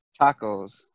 tacos